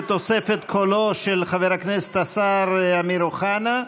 בתוספת קולו של חבר הכנסת השר אמיר אוחנה,